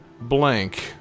blank